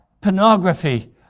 pornography